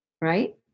right